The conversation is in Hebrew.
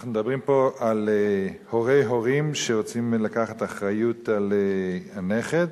אנחנו מדברים פה על הורי הורים שרוצים לקחת אחריות על נכד,